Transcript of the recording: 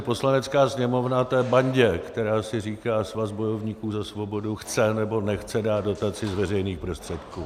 Poslanecká sněmovna té bandě, která si říká Svaz bojovníků za svobodu, chce, nebo nechce dát dotaci z veřejných prostředků.